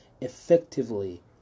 effectively